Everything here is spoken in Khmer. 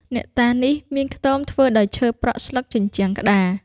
អ្នកតានេះ មានខ្ទមធ្វើដោយឈើប្រក់ស្លឹកជញ្ជាំងក្ដារ ។